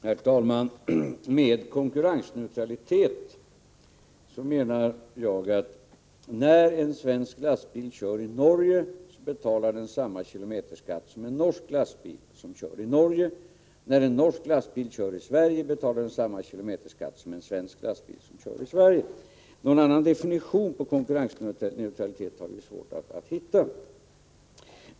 Herr talman! Med konkurrensneutralitet menar jag att när en svensk lastbil kör i Norge betalar den samma kilometerskatt som en norsk lastbil när denna kör i Norge. När å andra sidan en norsk lastbil kör i Sverige betalar den då samma kilometerskatt som en svensk lastbil som kör i Sverige. Någon annan definition på konkurrensneutralitet har vi svårt att komma fram till.